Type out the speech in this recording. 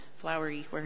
flowery